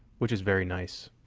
which is very nice.